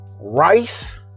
rice